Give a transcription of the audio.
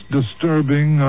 disturbing